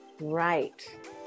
Right